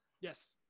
Yes